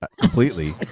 completely